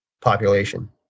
population